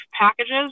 packages